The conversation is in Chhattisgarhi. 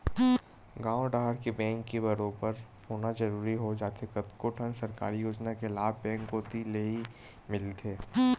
गॉंव डहर के बेंक के बरोबर होना जरूरी हो जाथे कतको ठन सरकारी योजना के लाभ बेंक कोती लेही मिलथे